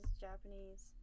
japanese